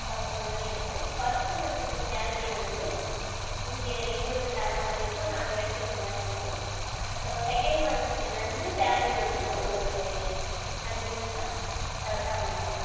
பார்க்கற மாதிரி இருக்கும் ஃபஸ்ட்டு மந்த்து சேல்ரி வந்து இங்கே எங்களுக்கு தர மாதிரி இருக்கும் நாங்கள் எடுத்துக்கிற மாதிரி இருக்கும் அப்புறம் செகென்ட் மந்த்திலேருந்து சேல்ரி வந்து உங்களுக்கு கண்டினியூவஸ்ஸாக கரெக்டாக வந்துவிடும்